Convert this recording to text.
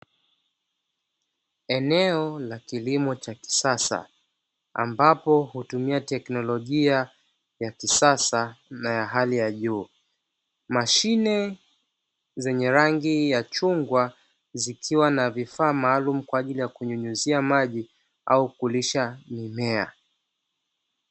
Eneo la kilimo cha kisasa ambalo hutumia teknolojia ya kisasa na hali ya juu, mashine zenye rangi ya chungwa zikiwa na vifaa maalumu kwa ajili ya kumuingizia maji au kulisha mimea.